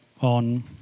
on